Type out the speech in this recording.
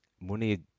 money